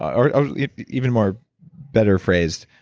or even more better phrased,